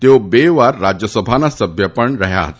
તેઓ બે વાર રાજયસભાના સભ્ય પણ રહ્યાં હતા